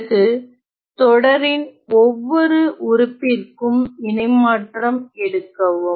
பிறகு தொடரின் ஒவ்வொரு உறுப்பிற்கும் இணைமாற்றம் எடுக்கவும்